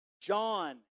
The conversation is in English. John